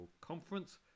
Conference